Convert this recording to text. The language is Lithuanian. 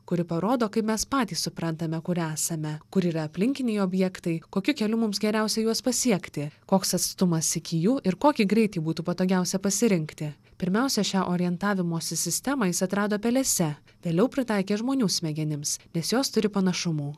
kuri parodo kaip mes patys suprantame kur esame kur yra aplinkiniai objektai kokiu keliu mums geriausia juos pasiekti koks atstumas iki jų ir kokį greitį būtų patogiausia pasirinkti pirmiausia šią orientavimosi sistemą jis atrado pelėse vėliau pritaikė žmonių smegenims nes jos turi panašumų